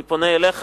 אני פונה אליך,